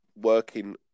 working